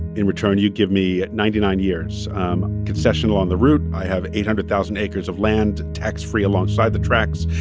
in return, you give me ninety nine years um concession along the route. i have eight hundred thousand acres of land tax-free alongside the tracks,